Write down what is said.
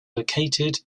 located